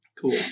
cool